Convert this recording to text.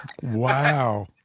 Wow